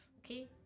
okay